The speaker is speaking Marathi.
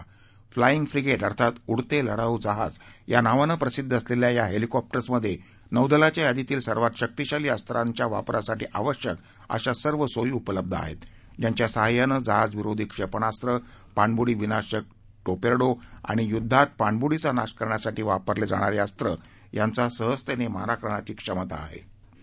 फ्लाञ् फ्रिगेट अर्थात उडते लढाऊजहाज या नावानं प्रसिध्द असलेल्या या हेलिकॉप्टर्समध्ये नौदलाच्या यादीतील सर्वात शक्तिशाली अस्त्रांच्या वापरासाठी आवश्यक अशा सर्व सोयी उपलब्ध आहेत ज्यांच्या सहाय्यानं जहाज विरोधी क्षेपणास्त्रे पाणबुडी विनाशक टॉर्पेडो आणि युद्धात पाणबुडीचा नाश करण्यासाठी वापरले जाणारे अस्त्र यांचा सहजतेने मारा करण्याची क्षमता प्राप्त झाली आहे